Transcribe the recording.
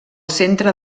centre